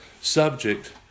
subject